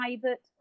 private